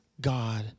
God